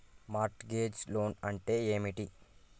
Mart gauge loan అంటే ఏమిటి?